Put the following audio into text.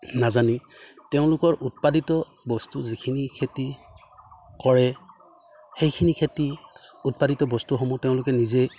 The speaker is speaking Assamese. নাজানি তেওঁলোকৰ উৎপাদিত বস্তু যিখিনি খেতি কৰে সেইখিনি খেতিত উৎপাদিত বস্তুসমূহ তেওঁলোকে নিজে